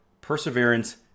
perseverance